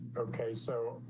okay, so